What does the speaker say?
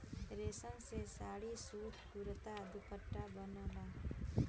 रेशम से साड़ी, सूट, कुरता, दुपट्टा बनला